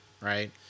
right